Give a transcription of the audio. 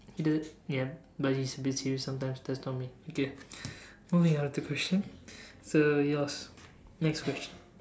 he did yup but he's a bit serious sometimes that's not me okay moving on with the question so yours next question